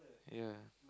ya